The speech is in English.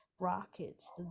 rockets